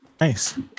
Nice